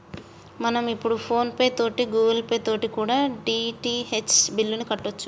మనం ఇప్పుడు PhonePe తోటి గూగుల్ పే తోటి కూడా డి.టి.హెచ్ బిల్లుని కట్టొచ్చు